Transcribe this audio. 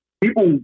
people